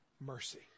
mercy